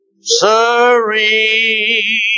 serene